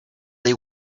they